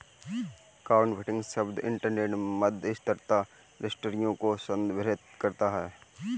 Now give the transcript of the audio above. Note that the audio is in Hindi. क्राउडफंडिंग शब्द इंटरनेट मध्यस्थता रजिस्ट्रियों को संदर्भित करता है